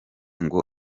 ngo